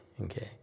okay